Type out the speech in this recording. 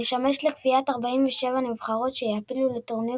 משמש לקביעת 47 הנבחרות שיעפילו לטורניר